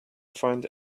find